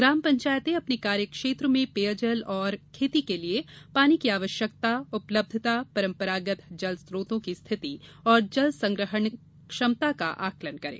ग्राम पंचायतें अपने कार्य क्षेत्र में पेयजल और खेती के लिये पानी की आवश्यकता उपलब्धता परम्परागत जल स्रोतों की स्थिति एवं जल संग्रहण क्षमता का आकलन करें